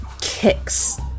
kicks